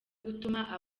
gutuma